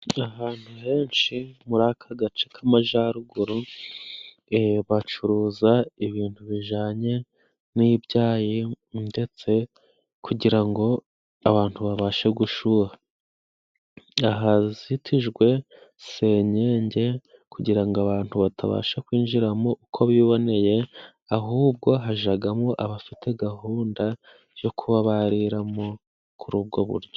Ahantu henshi muri aka gace k'amajaruguru, bacuruza ibintu bijanye n'ibyayi, ndetse kugira ngo abantu babashe gushuha. Aha hazitijwe senyege kugira ngo abantu batabasha kwinjiramo uko biboneye, ahubwo hajagamo abafite gahunda yo kubaba bariramo kuri ubwo buryo.